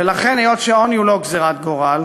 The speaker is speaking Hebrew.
ולכן, היות שעוני הוא לא גזירת גורל,